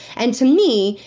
and to me,